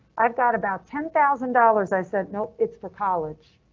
i've got about ten thousand dollars. i said no, it's for college,